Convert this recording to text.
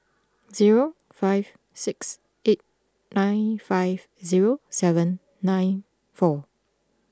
zero five six eight nine five zero seven nine four